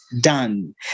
done